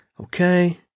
Okay